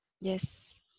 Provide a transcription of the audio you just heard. Yes